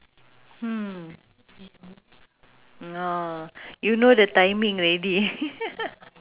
I think because of the des~ uh the destination eh the location because of the location